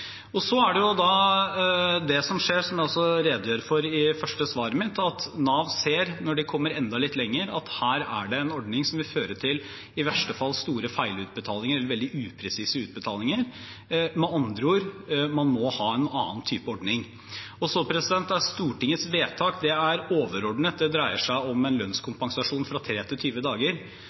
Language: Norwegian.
Det som så skjer, som jeg også redegjør for i det første svaret mitt, er at Nav, når de kommer enda litt lenger, ser at her er det en ordning som i verste fall vil føre til store feilutbetalinger, eller veldig upresise utbetalinger. Med andre ord: Man må ha en annen type ordning. Stortingets vedtak er overordnet, det dreier seg om en lønnskompensasjon fra 3 til 20 dager,